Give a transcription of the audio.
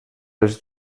els